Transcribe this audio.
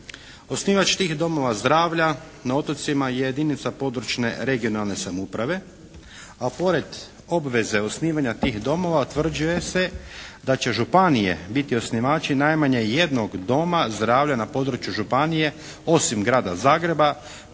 Osnivač tih domova zdravlja na otocima je jedinica područne regionalne samouprave a pored osnivanja tih domova utvrđuje se da će županije biti osnivači najmanje jednog doma zdravlja na području županije osim grada Zagreba